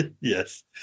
Yes